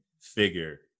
figure